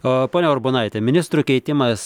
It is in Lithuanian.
o ponia urbonaite ministrų keitimas